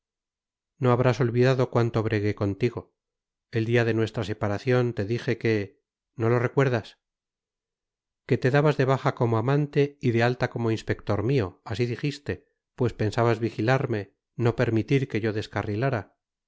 no habrás olvidado cuánto bregué contigo el día de nuestra separación te dije que no lo recuerdas que te dabas de baja como amante y de alta como inspector mío así dijiste pues pensabas vigilarme no permitir que yo descarrilara